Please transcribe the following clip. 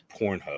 Pornhub